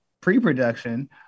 pre-production